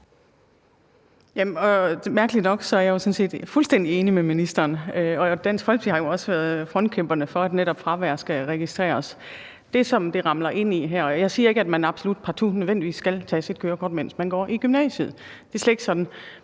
Mærkeligt nok er jeg fuldstændig enig med ministeren. Dansk Folkeparti har jo også været frontkæmpere for, at netop fravær skal registreres. Jeg siger ikke, at man partout skal tage sit kørekort, mens man går i gymnasiet; det er slet ikke sådan.